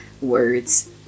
Words